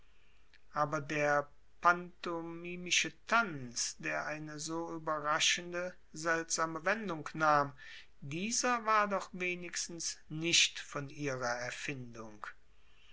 aber der pantomimische tanz der eine so überraschende seltsame wendung nahm dieser war doch wenigstens nicht von ihrer erfindung